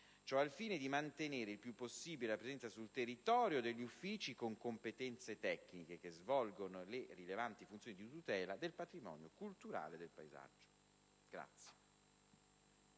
Ciò al fine di mantenere il più possibile la presenza sul territorio degli uffici con competenze tecniche, che svolgono le rilevanti funzioni di tutela del patrimonio culturale e del paesaggio.